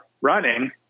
running